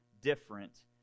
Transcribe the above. different